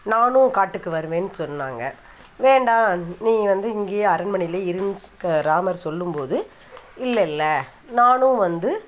நானும் காட்டுக்கு வருவேன்னு சொன்னாங்க வேண்டாம் நீ வந்து இங்கையே அரண்மனைலேயே இருன்னு ஸ் க ராமர் சொல்லும் போது இல்லல்ல நானும் வந்து